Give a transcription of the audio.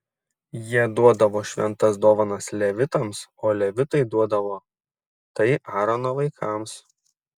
jie duodavo šventas dovanas levitams o levitai duodavo tai aarono vaikams